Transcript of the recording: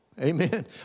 Amen